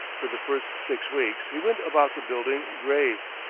for the first six weeks he went about the building grave,